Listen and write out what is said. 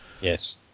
Yes